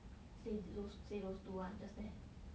say no to